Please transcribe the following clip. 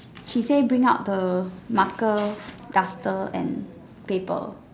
he say bring out the markers dusters and paper